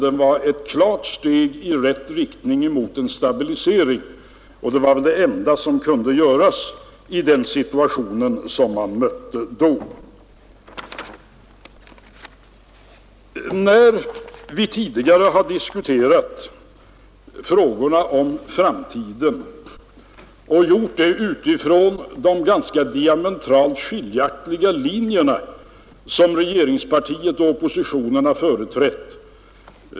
Den var ett steg i riktning mot en stabilisering, och det var det enda som kunde göras i den situationen. När vi tidigare har diskuterat frågorna om framtiden har vi gjort det utifrån de diametralt skilda ståndpunkter som regeringspartiet och oppositionen företrätt.